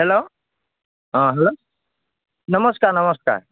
hello অঁ hello নমস্কাৰ নমস্কাৰ